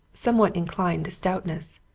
somewhat inclined to stoutness,